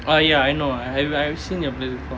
oh ya I know I have I have seen your place before